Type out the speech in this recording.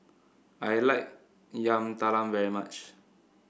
I like Yam Talam very much